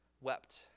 wept